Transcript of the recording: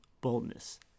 boldness